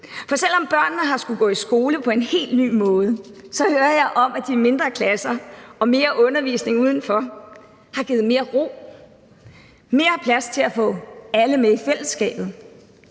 for selv om børnene har skullet gå i skole på en helt ny måde, hører jeg om, at de mindre klasser og mere undervisning udenfor har givet mere ro, mere plads til at få alle med i fællesskabet.